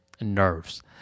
nerves